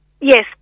Yes